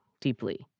deeply